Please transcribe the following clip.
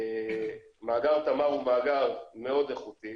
מאגר תמר הוא מאגר מאוד איכותי